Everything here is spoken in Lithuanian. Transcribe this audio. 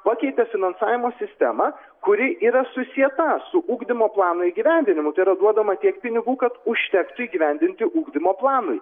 pakeitė finansavimo sistemą kuri yra susieta su ugdymo plano įgyvendinimu tai yra duodama tiek pinigų kad užtektų įgyvendinti ugdymo planui